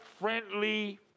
friendly